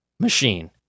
Machine